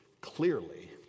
clearly